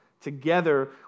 together